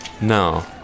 No